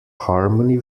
harmony